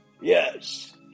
Yes